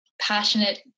passionate